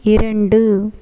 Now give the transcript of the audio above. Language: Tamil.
இரண்டு